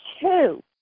two